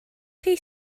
chi